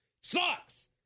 Sucks